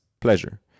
pleasure